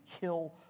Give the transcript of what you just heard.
kill